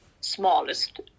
smallest